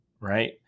right